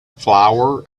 flower